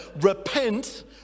repent